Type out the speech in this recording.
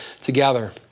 together